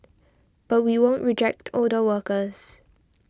but we won't reject older workers